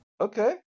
Okay